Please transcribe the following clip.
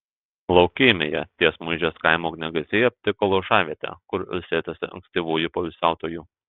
laukymėje ties muižės kaimu ugniagesiai aptiko laužavietę kur ilsėtasi ankstyvųjų poilsiautojų